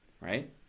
right